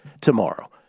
tomorrow